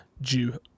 due